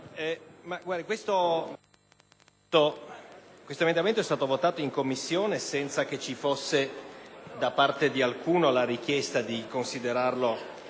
Questo articolo estato votato in Commissione senza che ci fosse da parte di alcuno la richiesta di considerare